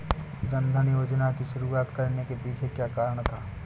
जन धन योजना की शुरुआत करने के पीछे क्या कारण था?